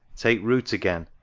take root again,